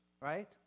Right